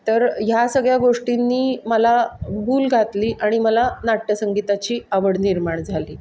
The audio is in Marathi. तर ह्या सगळ्या गोष्टींनी मला भूल घातली आणि मला नाट्यसंगीताची आवड निर्माण झाली